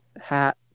hat